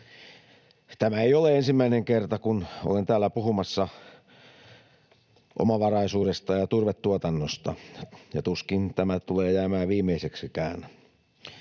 Tämä ei ole ensimmäinen kerta, kun olen täällä puhumassa omavaraisuudesta ja turvetuotannosta, ja tuskin tämä tulee jäämään viimeiseksikään.